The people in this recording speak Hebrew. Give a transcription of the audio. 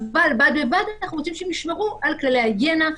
אבל בד בבד אנחנו רוצים שהם ישמרו על כללי ההיגיינה,